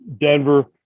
Denver